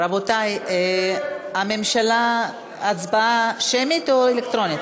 רבותי, הממשלה, הצבעה שמית או אלקטרונית?